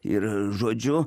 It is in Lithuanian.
ir žodžiu